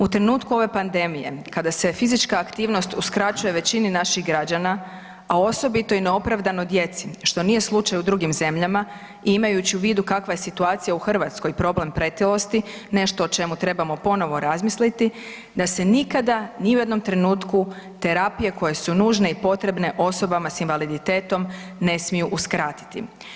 U trenutku ove pandemije kada se fizička aktivnost uskraćuje većini naših građana, a osobito i neopravdano djeci, što nije slučaj u drugim zemljama, i imajući u vidu kakva je situacija u Hrvatskoj i problem pretilosti, nešto o čemu trebamo ponovo razmisliti, da se nikada, ni u jednom trenutku terapije koje su nužne i potrebne osobama s invaliditetom ne smiju uskratiti.